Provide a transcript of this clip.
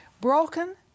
Broken